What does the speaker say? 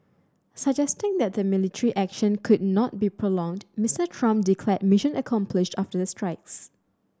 suggesting that the military action could not be prolonged Mister Trump declared mission accomplished after the strikes